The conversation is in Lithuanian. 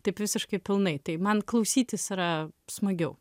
taip visiškai pilnai tai man klausytis yra smagiau